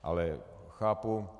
Ale chápu.